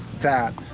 that,